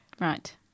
right